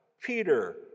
Peter